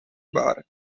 bar